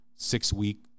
six-week